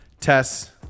Tess